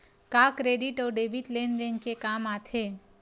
का क्रेडिट अउ डेबिट लेन देन के काम आथे?